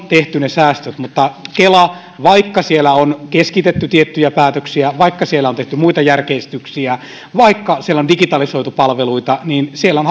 tehty ne säästöt mutta kelassa vaikka siellä on keskitetty tiettyjä päätöksiä vaikka siellä on tehty muita järkeistyksiä vaikka siellä on digitalisoitu palveluita on